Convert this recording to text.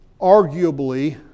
arguably